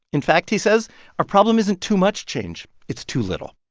in fact, he says our problem isn't too much change. it's too little.